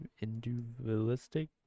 individualistic